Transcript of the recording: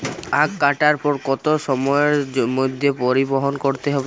আখ কাটার পর কত সময়ের মধ্যে পরিবহন করতে হবে?